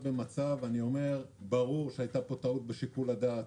ברור שהייתה פה טעות בשיקול הדעת,